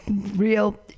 real